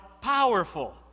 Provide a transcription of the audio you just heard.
powerful